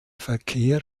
verkehr